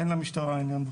אין למשטרה עניין בו.